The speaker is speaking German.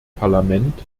parlament